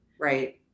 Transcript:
Right